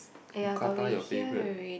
mookata your favourite